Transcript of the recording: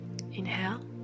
Inhale